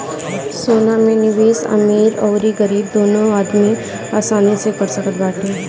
सोना में निवेश अमीर अउरी गरीब दूनो आदमी आसानी से कर सकत बाटे